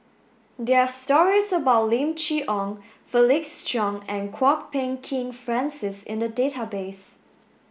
there are stories about Lim Chee Onn Felix Cheong and Kwok Peng Kin Francis in the database